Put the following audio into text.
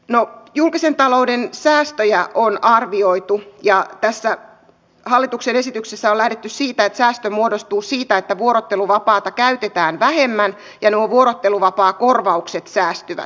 no julkisen talouden säästöjä on arvioitu ja tässä hallituksen esityksessä on lähdetty siitä että säästö muodostuu siitä että vuorotteluvapaata käytetään vähemmän ja nuo vuorotteluvapaakorvaukset säästyvät